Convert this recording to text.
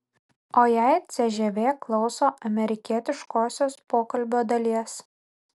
o jei cžv klauso amerikietiškosios pokalbio dalies